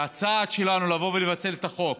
והצעד שלנו לבוא ולפצל את החוק